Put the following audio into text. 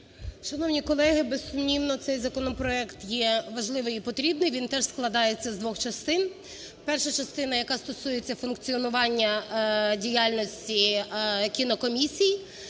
Шановні колеги, безсумнівно, цей законопроект є важливий і потрібний. Він теж складається з двох частин. Перша частина, яка стосується функціонування діяльності кінокомісій,